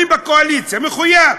אני בקואליציה, מחויב.